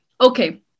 okay